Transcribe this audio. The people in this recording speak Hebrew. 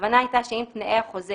הכוונה היתה שאם תנאי החוזה